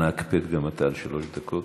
אנא, הקפד גם אתה על שלוש דקות.